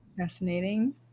fascinating